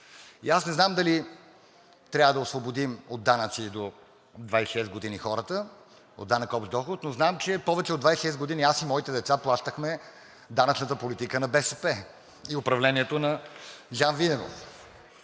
Не знам дали трябва да освободим от данъци до 26 години хората – от данък общ доход, но знам, че повече от 26 години аз и моите деца плащахме данъчната политика на БСП и управлението на Жан Виденов.